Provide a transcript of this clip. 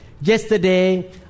Yesterday